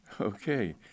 Okay